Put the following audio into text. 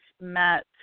Matt